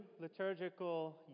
liturgical